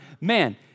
man